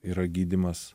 yra gydymas